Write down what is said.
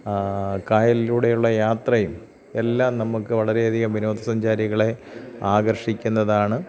കായലിലൂടെയുള്ള യാത്രയും എല്ലാം നമുക്ക് വളരെയധികം വിനോദസഞ്ചാരികളെ ആകർഷിക്കുന്നതാണ്